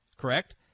correct